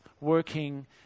working